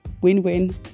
Win-win